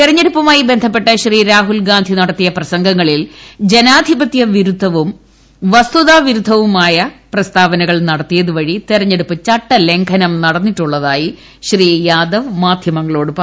തെരഞ്ഞെടുപ്പുമായി ബന്ധപ്പെട്ട് ശ്രീ രാഹുൽഗാന്ധി നടത്തിയ പ്രസംഗങ്ങളിൽ ജനാധിപത്യ വിരുദ്ധവും വസ്തുതാവിരുദ്ധവുമായ പ്രസ്താവനകൾ നടത്തിയതു വഴി തെരഞ്ഞെടുപ്പ് ചട്ടലംഘനം നടത്തിയിട്ടുള്ളതായി ശ്രീ യാദവ് മാധ്യമങ്ങളോട് പറഞ്ഞു